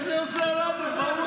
איזה עוזר לנו.